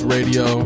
Radio